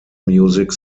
music